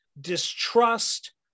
distrust